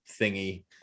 thingy